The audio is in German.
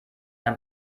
sich